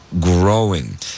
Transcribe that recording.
growing